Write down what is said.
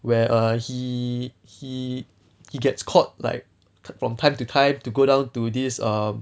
where err he he he gets called like from time to time to go down to this err